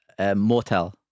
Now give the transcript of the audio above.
Motel